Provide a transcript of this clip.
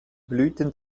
blüten